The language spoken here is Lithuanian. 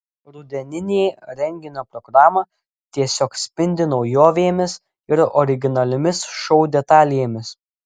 rudeninė renginio programa tiesiog spindi naujovėmis ir originaliomis šou detalėmis